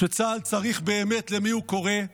כשצה"ל צריך באמת, למי הוא קורא?